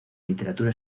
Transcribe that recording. literatura